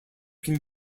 can